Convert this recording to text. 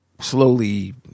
slowly